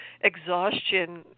exhaustion